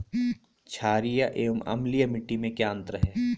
छारीय एवं अम्लीय मिट्टी में क्या अंतर है?